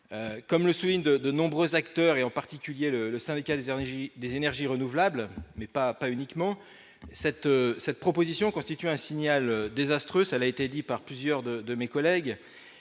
comme le souligne de de nombreux acteurs et en particulier le le syndicat des origines des énergies renouvelables, mais pas, pas uniquement cette cette proposition constitue un signal désastreux, ça l'a été dit par plusieurs de de mes collègues